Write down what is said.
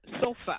sofa